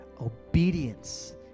Obedience